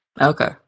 Okay